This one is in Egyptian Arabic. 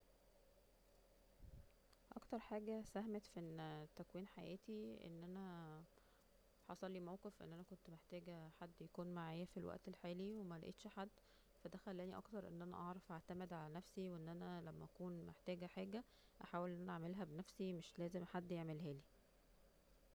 اكتر حاجة ساهمت في تكوين حياتي أن أنا حصلي موقف أن أنا كنت محتاجة حد معايا في الوقت الحالي وملقيتش حد ف دا خلاني اكتر أن أنا أعرف اعتمد على نفسي وان أنا لما اكون محتاجة حاجة احاول أن أنا اعملها بنفسي مش لازم حد يعملهالي